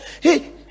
hey